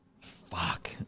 Fuck